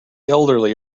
elderly